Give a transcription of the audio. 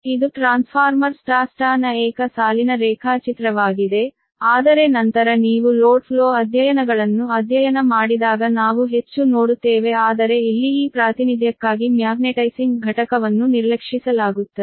ಇದು transformer Y Y ನ ಏಕ ಸಾಲಿನ ರೇಖಾಚಿತ್ರವಾಗಿದೆ ಆದರೆ ನಂತರ ನೀವು ಲೋಡ್ ಫ್ಲೋ ಅಧ್ಯಯನಗಳನ್ನು ಅಧ್ಯಯನ ಮಾಡಿದಾಗ ನಾವು ಹೆಚ್ಚು ನೋಡುತ್ತೇವೆ ಆದರೆ ಇಲ್ಲಿ ಈ ಪ್ರಾತಿನಿಧ್ಯಕ್ಕಾಗಿ ಮ್ಯಾಗ್ನೆಟೈಸಿಂಗ್ ಘಟಕವನ್ನು ನಿರ್ಲಕ್ಷಿಸಲಾಗುತ್ತದೆ